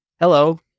Hello